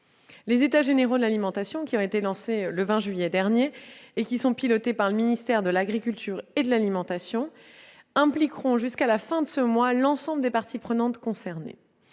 Les états généraux de l'alimentation, qui ont été lancés le 20 juillet dernier et sont pilotés par le ministère de l'agriculture et de l'alimentation, impliqueront jusqu'à la fin de ce mois l'ensemble des parties prenantes.